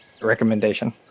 recommendation